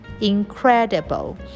Incredible